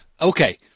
okay